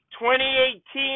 2018